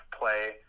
play